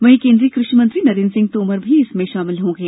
वही केंद्रीय कृषि मंत्री नरेंद्र सिंह तोमर भी इसमें शामिल होंगे